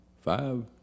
five